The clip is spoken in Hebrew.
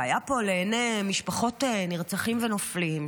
שהיה פה לעיני משפחות נרצחים ונופלים,